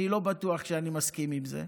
אני לא בטוח שאני מסכים עם זה,